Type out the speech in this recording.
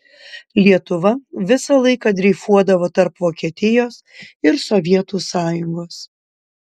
lietuva visą laiką dreifuodavo tarp vokietijos ir sovietų sąjungos